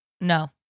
No